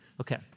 Okay